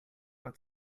but